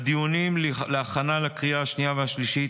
בדיונים להכנה לקריאה השנייה והשלישית